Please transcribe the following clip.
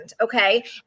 okay